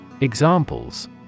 Examples